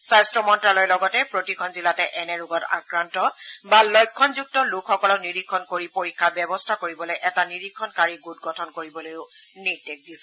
স্বাস্থ্য মন্নালয়ে লগতে প্ৰতিখন জিলাতে এনে ৰোগত আক্ৰান্ত বা লক্ষণযুক্ত লোকসকলক নিৰীক্ষণ কৰি পৰীক্ষাৰ ব্যৱস্থা কৰিবলৈ এটা নিৰীক্ষণকাৰী গোট গঠন কৰিবলৈও নিৰ্দেশ দিছে